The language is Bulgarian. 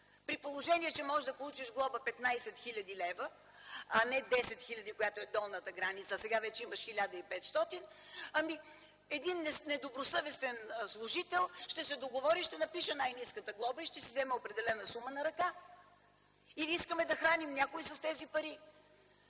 при положение, че можеш да получиш глоба от 15 хил. лв., а не 10 хиляди, която е долната граница, а сега вече имаш 1500. Ами един недобросъвестен служител ще се договори и ще напише най-ниската глоба, и ще си вземе определена сума на ръка. Или искаме да храним някого с тези пари?